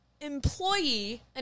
employee